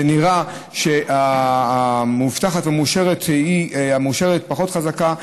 זה נראה שה"מאובטחת ומאושרת" פחות חזקה,